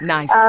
Nice